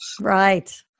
Right